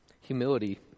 Humility